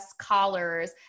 collars